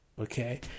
Okay